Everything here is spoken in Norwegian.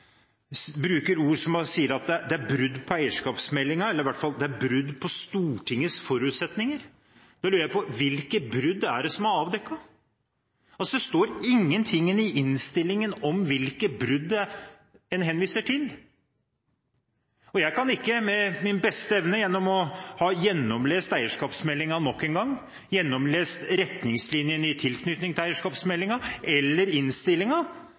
bruker ord som «brudd» på eierskapsmeldingen, eller i hvert fall brudd på Stortingets forutsetninger, er hvilke brudd det er som er avdekket. Det står ingen ting i innstillingen om hvilke brudd en henviser til. Jeg kan ikke med min beste evne – etter å ha gjennomlest eierskapsmeldingen nok en gang, gjennomlest retningslinjene i tilknytning til eierskapsmeldingen eller